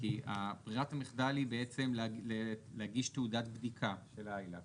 כי ברירת המחדל היא בעצם להגיש תעודת בדיקה של ILAC